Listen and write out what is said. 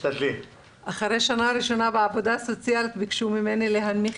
אחרי שנה ראשונה בעבודה סוציאלית ביקשו ממני להנמיך